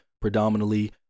predominantly